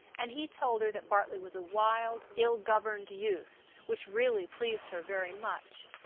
and he told her that bartley was a wild, ill-governed youth, which really pleased her very much.